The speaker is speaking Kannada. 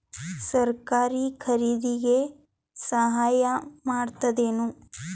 ಸರಕಾರ ಖರೀದಿಗೆ ಸಹಾಯ ಮಾಡ್ತದೇನು?